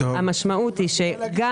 המשמעות היא שגם